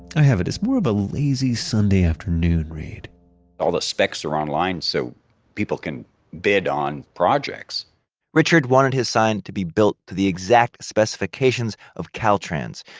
i have it as more of a lazy sunday afternoon read all the specs are online, so people can bid on projects richard wanted his sign to be built to the exact specifications of caltrans,